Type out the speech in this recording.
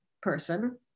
person